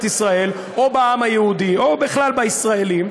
ישראל או בעם היהודי או בכלל בישראלים,